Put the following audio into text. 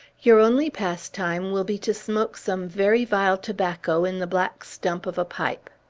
your only pastime will be to smoke some very vile tobacco in the black stump of a pipe.